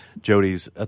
Jody's